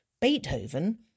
Beethoven